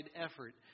effort